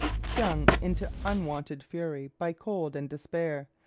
stung into unwonted fury by cold and despair,